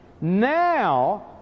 Now